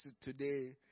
today